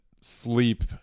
sleep